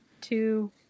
two